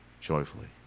joyfully